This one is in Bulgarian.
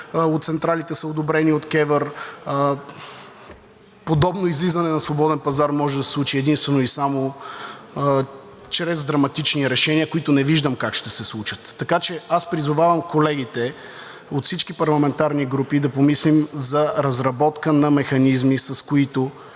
от централите са одобрени от КЕВР. Подобно излизане на свободен пазар може да се случи единствено и само чрез драматични решения, които не виждам как ще се случат. Аз призовавам колегите от всички парламентарни групи да помислим за разработка на механизми, с които